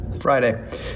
Friday